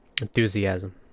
enthusiasm